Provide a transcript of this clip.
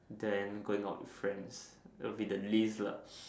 then going out with friends would be the least lah